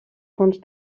fonts